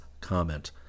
comment